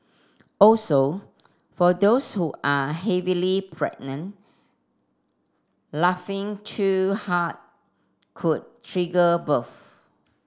also for those who are heavily pregnant laughing too hard could trigger birth